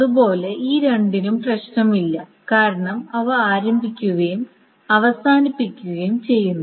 അതുപോലെ ഈ രണ്ടിനും പ്രശ്നമില്ല കാരണം അവ ആരംഭിക്കുകയും അവസാനിക്കുകയും ചെയ്യുന്നു